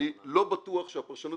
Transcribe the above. אני לא בטוח שהפרשנות